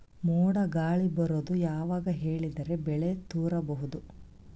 ಮೋಡ ಗಾಳಿ ಬರೋದು ಯಾವಾಗ ಹೇಳಿದರ ಬೆಳೆ ತುರಬಹುದು?